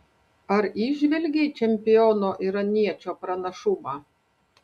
ar įžvelgei čempiono iraniečio pranašumą